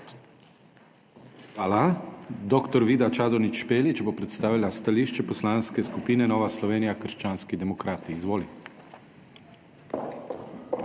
Hvala. Dr. Vida Čadonič Špelič bo predstavila stališče Poslanske skupine Nova Slovenija Krščanski demokrati. Izvoli.